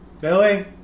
Billy